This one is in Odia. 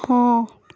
ହଁ